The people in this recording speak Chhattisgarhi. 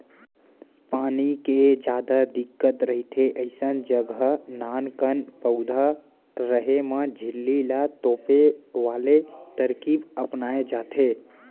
पानी के जादा दिक्कत रहिथे अइसन जघा नानकन पउधा रेहे म झिल्ली ल तोपे वाले तरकीब अपनाए जाथे